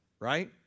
right